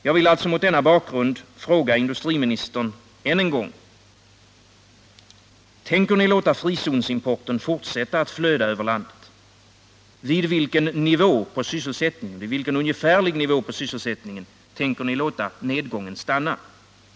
Jag vill mot denna bakgrund än en gång fråga industriministern: Tänker ni låta frizonsimporten fortsätta att flöda över landet? Vid vilken ungefärlig nivå på sysselsättningen tänker ni låta nedgången stanna?